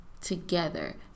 together